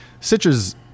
citrus